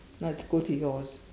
let's go to yours